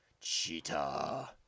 Cheetah